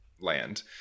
land